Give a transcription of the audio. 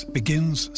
begins